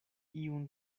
iun